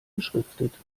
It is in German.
beschriftet